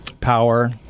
power